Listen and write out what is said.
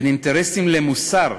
בין אינטרסים למוסר,